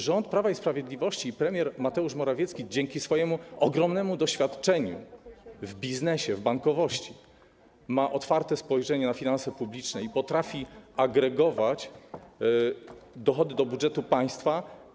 Rząd Prawa i Sprawiedliwości i premier Mateusz Morawiecki dzięki swojemu ogromnemu doświadczeniu w biznesie, w bankowości ma otwarte spojrzenie na finanse publiczne i potrafi agregować dochody do budżetu państwa.